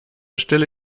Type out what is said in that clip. stille